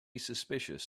suspicious